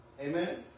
amen